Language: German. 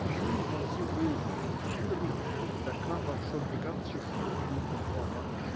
im nu war sie oben und richtig da kam auch schon die ganze schuljugend heran